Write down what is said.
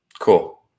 Cool